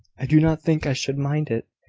i do not think i should mind it.